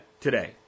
today